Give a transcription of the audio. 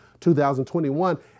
2021